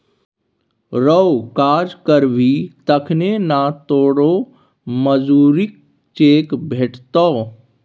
रौ काज करबही तखने न तोरो मजुरीक चेक भेटतौ